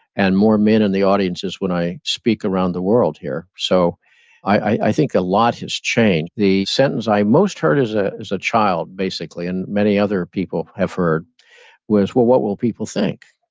and more men in the audiences when i speak around the world here, so i think a lot has changed the sentence i most heard as ah as a child, basically, and many other people have heard was, well, what will people think?